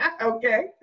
okay